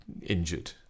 injured